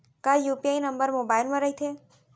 का UPI number mobile म रहिथे?